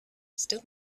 still